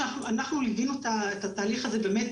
ליווינו את התהליך הזה ממש